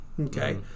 okay